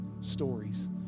stories